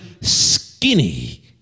skinny